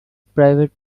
private